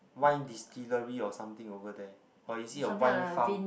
wine distillery or something over there or is it a wine farm